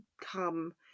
come